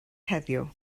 heddiw